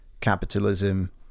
capitalism